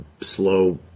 slow